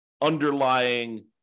underlying